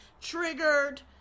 triggered